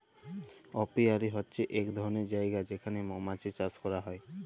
apiary হছে ইক ধরলের জায়গা যেখালে মমাছি চাষ ক্যরা হ্যয়